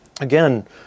again